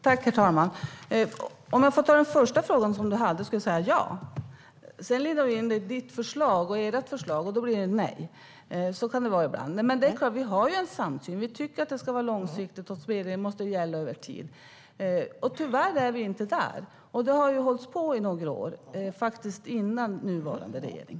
Herr talman! På den första frågan du hade skulle jag svara ja, Gunilla Nordgren. Sedan lindar du in det i ert förslag, och då blir svaret nej. Så kan det vara ibland. Men det är klart att vi har en samsyn. Vi tycker att det ska vara långsiktigt och att spelregler måste gälla över tid. Tyvärr är vi inte där, och det har ju hållits på i några år - faktiskt sedan före nuvarande regering.